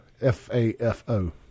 F-A-F-O